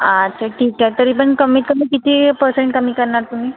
अच्छा ठीक आहे तरी पण कमीत कमी किती परसेंट कमी करणार तुम्ही